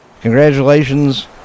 congratulations